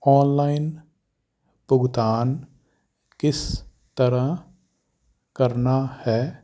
online ਭੁਗਤਾਨ ਕਿਸ ਤਰ੍ਹਾਂ ਕਰਨਾ ਹੈ